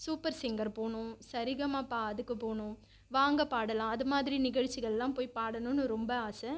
super singer போகணும் சரிகமபா அதுக்கு போகணும் வாங்கள் பாடலாம் அதேமாதிரி நிகழ்ச்சிகள்லாம் போய் பாடணும்னு ரொம்ப ஆசை